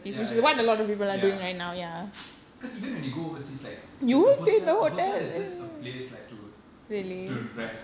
ya ya ya ya cause even when you go overseas like the the hotel the hotel is just a place like to to rest